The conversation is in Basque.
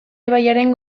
ibaiaren